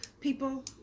people